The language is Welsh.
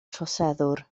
troseddwr